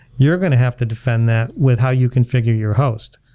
you're going to have to defend that with how you configure your host.